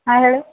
ಹಾಂ ಹೇಳಿ